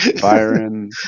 Byron